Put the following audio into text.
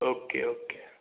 okay okay